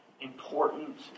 important